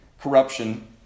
corruption